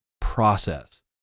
process